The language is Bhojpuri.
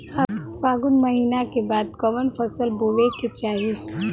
फागुन महीना के बाद कवन फसल बोए के चाही?